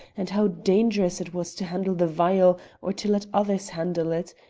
and how dangerous it was to handle the vial or to let others handle it,